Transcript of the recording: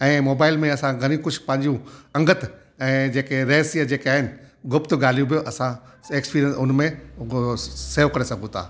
ऐं मोबाइल में असां घणी कुझु पंहिंजियूं अंगत ऐं जेके रहस्य जेके आहिनि ग़ुप्त ॻाल्हियूं बि असां एक्सपीरियंस उनमें ब सेव करे सघूं था